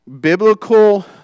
biblical